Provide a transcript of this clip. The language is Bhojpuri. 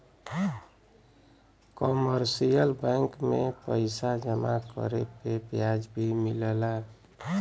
कमर्शियल बैंक में पइसा जमा करे पे ब्याज भी मिलला